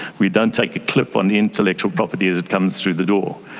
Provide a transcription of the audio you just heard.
we don't take a clip on the intellectual property as it comes through the door,